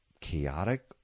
chaotic